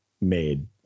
made